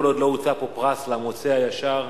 כל עוד לא הוצע פה פרס למוצא הישר,